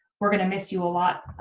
we're going to miss you a lot.